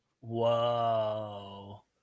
whoa